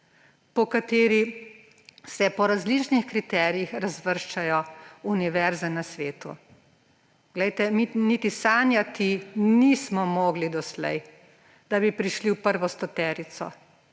po kateri se po različnih kriterijih razvrščajo univerze na svetu? Glejte, mi niti sanjati nismo mogli doslej, da bi prišli v prvo stoterico